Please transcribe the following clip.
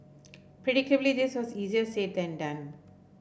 predictably this was easier said than done